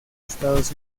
estados